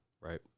right